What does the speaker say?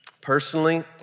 Personally